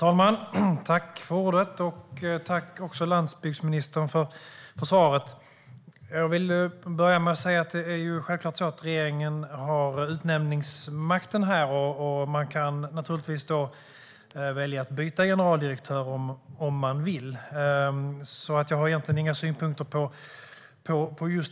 Herr talman! Tack, landsbygdsministern, för svaret! Jag vill börja med att säga att det självklart är så att regeringen har utnämningsmakten här, och man kan naturligtvis välja att byta generaldirektör om man vill. Just den delen har jag egentligen inga synpunkter på.